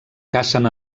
cacen